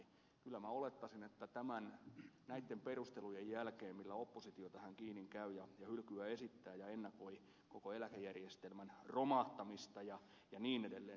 kyllä minä olettaisin ja toivoisin näitten perustelujen jälkeen millä oppositio tähän kiinni käy ja hylkyä esittää ja ennakoi koko eläkejärjestelmän romahtamista ja niin edelleen